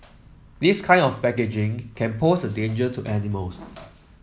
this kind of packaging can pose a danger to animals